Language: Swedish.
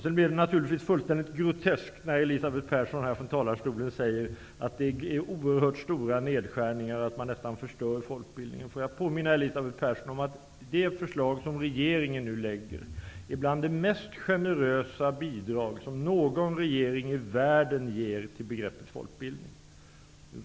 Det blir naturligtvis fullständigt groteskt när Elisabeth Persson från talarstolen säger att det sker oerhört stora nedskärningar och att man nästan förstör folkbildningen. Får jag påminna Elisabeth Persson om att det förslag som regeringen nu lägger fram är bland de mest generösa bidrag som någon regering i världen ger till folkbildning.